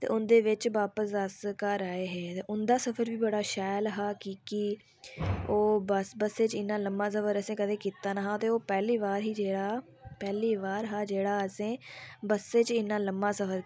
ते उंदे बिच अस बापस घर आये हे ते उंदा सफर भी बड़ा शैल हा की के ते ओह् बस्सै च असें इन्ना लम्मा सफर असें कदे कीता निं ओह् पैह्ली बार ही जेह्ड़ा पैह्ली बार ही जेह्ड़ा असें बस्सै बिच भी असें इन्ना लम्मां सफर कीता